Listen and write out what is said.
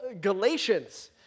Galatians